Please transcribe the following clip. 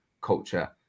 culture